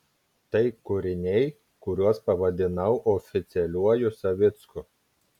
tai kūriniai kuriuos pavadinau oficialiuoju savicku